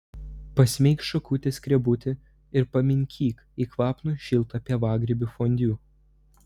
pasmeik šakute skrebutį ir paminkyk į kvapnų šiltą pievagrybių fondiu